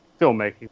filmmaking